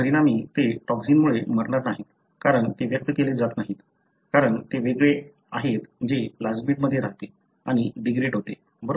परिणामी ते टॉक्सिनमुळे मरणार नाहीत कारण ते व्यक्त केले जात नाही कारण ते वगळले आहे जे प्लास्मिडमध्ये राहते आणि डिग्रेड होते बरोबर